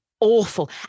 awful